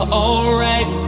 alright